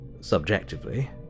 subjectively